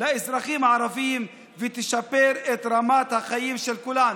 לאזרחים הערבים ותשפר את רמת החיים של כולנו.